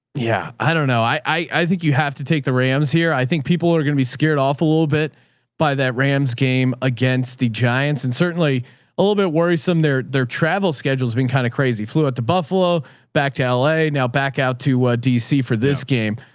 yeah, i dunno. i, i think you have to take the rams here. i think people are going to be scared off a little bit by that rams game against the giants and certainly a little bit worrisome there. their travel schedules been kind of crazy. flew out to buffalo back to ah la now back out to ah dc for this game,